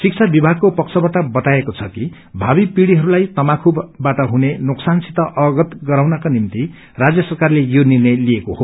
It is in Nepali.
शिक्षा विभागको पक्षाबाट बताएको छ कि भावी पीढ़िहरूलाई तमाखुबाट हुने नोक्सानसित अवगत गराउनका निम्ति राज्य सरकारले यो निष्ट्रय लिएको छ